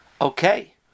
Okay